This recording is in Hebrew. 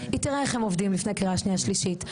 היא תראה איך הם עובדים לפני קריאה שנייה, שלישית.